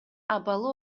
абалы